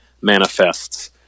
manifests